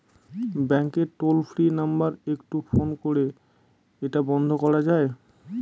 ব্যাংকের toll free number একটু phone করে এটা বন্ধ করা যায়?